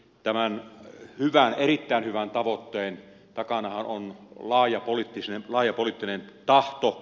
tämän erittäin hyvän tavoitteen takanahan on laaja poliittinen tahto